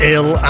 Ill